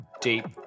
deep